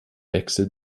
wechsel